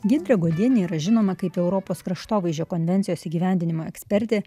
giedrė godienė yra žinoma kaip europos kraštovaizdžio konvencijos įgyvendinimo ekspertė